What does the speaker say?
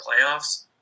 playoffs